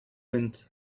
wind